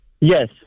Yes